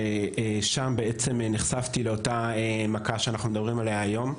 ושם נחשפתי לאותה מכה שאנחנו מדברים עליה היום.